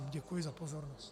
Děkuji za pozornost.